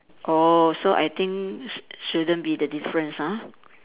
oh so I think sh~ shouldn't be the difference ah